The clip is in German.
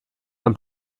mein